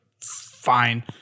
fine